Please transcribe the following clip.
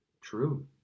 True